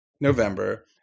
November